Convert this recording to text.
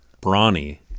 Brawny